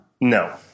No